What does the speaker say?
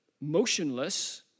motionless